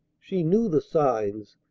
she knew the signs,